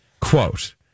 quote